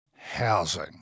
Housing